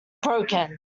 broken